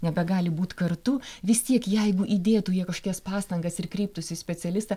nebegali būt kartu vis tiek jeigu įdėtų jie kažkias pastangas ir kreiptųsi į specialistą